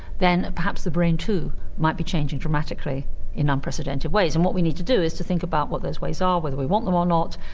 then perhaps the brain too might be changing dramatically in unprecedented ways. and what we need to do is to think about what those ways are, whether we want them or not,